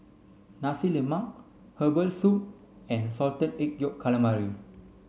Nasi Lemak herbal soup and salted egg yolk calamari